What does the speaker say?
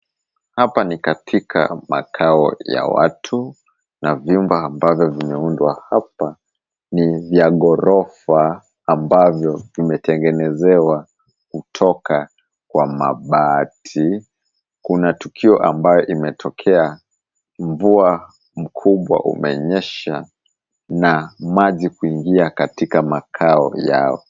Hapa ni katika makao ya watu na vyumba ambavyo vimeundwa hapa ni vya ghorofa ambavyo vimetengenezewa kutoka kwa mabati. Kuna tukio ambayo imetokea, mvua mkubwa imenyesha na maji kuingia katika makao yao.